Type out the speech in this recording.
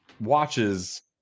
watches